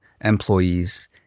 employees